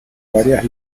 varias